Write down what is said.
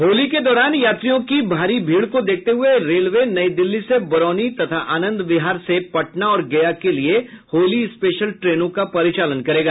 होली के दौरान यात्रियों के भारी भीड़ को देखते हये रेलवे नई दिल्ली से बरौनी तथा आनंद विहार से पटना और गया के लिए होली स्पेशल ट्रेनों का परिचालन करेगा